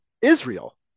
Israel